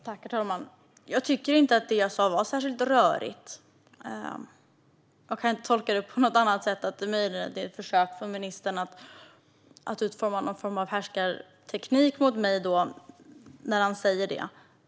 Herr talman! Jag tycker inte att det jag sa var särskilt rörigt. Jag kan inte tolka det på annat sätt än att det är ett försök från ministern att utöva någon form av härskarteknik mot mig när han säger så.